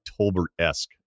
tolbert-esque